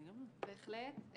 בהחלט.